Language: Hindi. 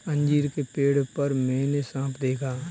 अंजीर के पेड़ पर मैंने साँप देखा